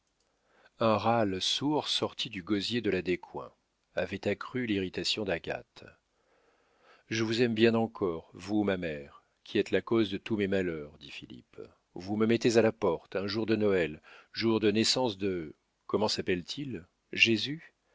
un râle sourd parti du gosier de la descoings avait accru l'irritation d'agathe je vous aime bien encore vous ma mère qui êtes la cause de tous mes malheurs dit philippe vous me mettez à la porte un jour de noël jour de naissance de comment s'appelle-t-il jésus